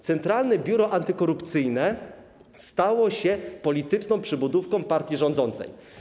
Centralne Biuro Antykorupcyjne stało się polityczną przybudówką partii rządzącej.